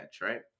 right